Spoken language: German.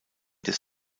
des